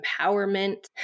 empowerment